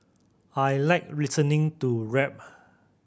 I like listening to rap